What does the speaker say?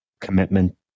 commitment